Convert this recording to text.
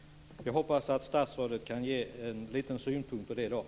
Jag hoppas att statsrådet i dag kan ge en liten synpunkt på det.